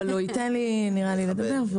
אני רוצה לברך את המנכ"לית שעוד לא יצא לי לברך אותה,